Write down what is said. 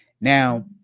Now